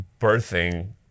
birthing